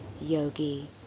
Yogi